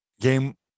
Game